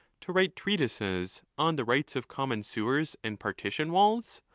to write treatises on the rights of common sewers and partition walls?